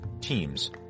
teams